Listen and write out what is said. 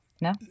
No